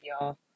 y'all